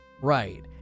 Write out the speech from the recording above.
Right